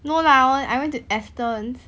no lah when I went to Aston's